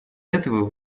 этого